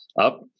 up